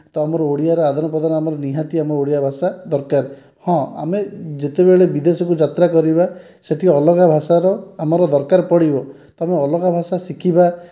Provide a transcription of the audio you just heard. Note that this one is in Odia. ତ ଆମର ଓଡ଼ିଆରେ ଆଦାନପ୍ରଦାନ ନିହାତି ଆମର ଓଡ଼ିଆ ଭାଷା ଦରକାର ହଁ ଆମେ ଯେତେବେଳେ ବିଦେଶକୁ ଯାତ୍ରା କରିବା ସେଇଠି ଅଲଗା ଭାଷାର ଆମର ଦରକାର ପଡ଼ିବ ତ ଆମେ ଅଲଗା ଭାଷା ଶିଖିବା